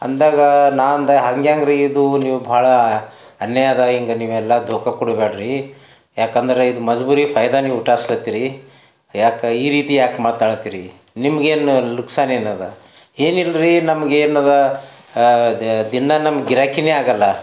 ಅಂದಾಗ ನಾನು ಅಂದೆ ಹಂಗ್ಯಾಂಗ್ರಿ ಇದು ನೀವು ಭಾಳ ಅನ್ಯಾಯ ಅದು ಹೀಗೆ ನೀವೆಲ್ಲ ದೋಖ ಕೊಡಬೇಡ್ರಿ ಏಕೆಂದ್ರೆ ಇದು ಮಜಬೂರಿ ಫೈದ ನೀವು ಹುಟ್ಟಿಸ್ಲತ್ತೀರಿ ಏಕೆ ಈ ರೀತಿ ಏಕೆ ಮಾತಾಡ್ಲತ್ತಿರಿ ನಿಮಗೇನು ನುಕ್ಸಾನ್ ಏನಿದೆ ಏನಿಲ್ರಿ ನಮ್ಗೇನಿದೆ ದಿನ ನಮ್ಗೆ ಗಿರಾಕಿಯೇ ಆಗಲ್ಲ